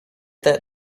that